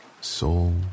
soul